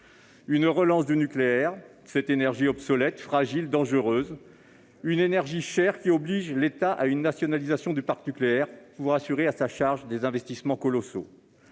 une relance du nucléaire, cette énergie obsolète, ... Non !... fragile, dangereuse, chère, qui oblige l'État à une nationalisation du parc nucléaire pour assurer la charge des investissements colossaux.